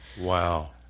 Wow